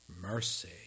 mercy